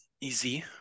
easy